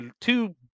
Two